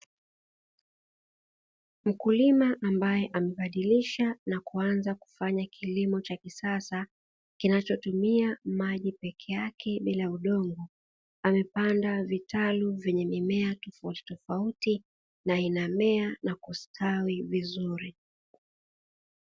Mkulima ambaye amebadilisha na kuanza kufanya kilimo cha kisasa, kinachotumia maji peke yake bila udongo, amepanda vitalu vyenye mimea tofautitofauti na inamea na kustawi vizuri.